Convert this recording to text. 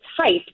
type